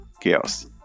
Chaos